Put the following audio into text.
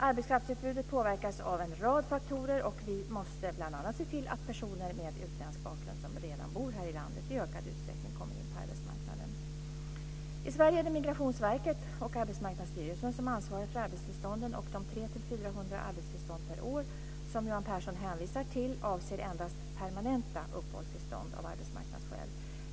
Arbetskraftsutbudet påverkas av en rad faktorer, och vi måste bl.a. se till att personer med utländsk bakgrund som redan bor här i landet i ökad utsträckning kommer in på arbetsmarknaden. I Sverige är det Migrationsverket och Arbetsmarknadsstyrelsen som ansvarar för arbetstillstånden. De 300-400 arbetstillstånd per år som Johan Pehrson hänvisar till avser endast permanenta uppehållstillstånd av arbetsmarknadsskäl.